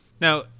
Now